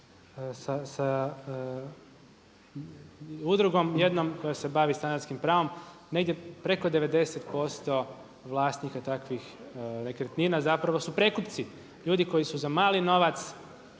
udrugom jednom koja se bavi stanarskim pravom negdje preko 90% vlasnika takvih nekretnina zapravo su prekupci, ljudi koji su za mali novac